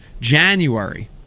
January